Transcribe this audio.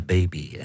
Baby